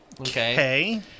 Okay